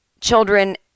children